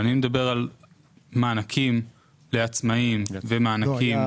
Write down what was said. אני מדבר על מענקים לעצמאים ומענקים